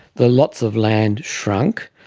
the lots of land shrunk.